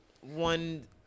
one